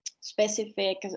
specific